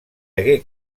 hagué